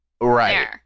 Right